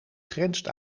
grenst